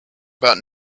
about